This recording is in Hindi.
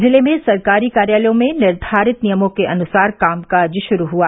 जिले में सरकारी कार्यालयों में निर्वारित नियमों के अनुसार कामकाज शुरू हुआ